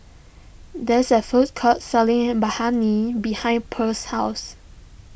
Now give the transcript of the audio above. there's a food court selling Biryani behind Pearl's house